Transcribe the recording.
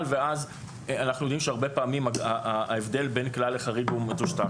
ואז אנחנו יודעים שהרבה פעמים ההבדל בין כלל לחריג הוא מטושטש.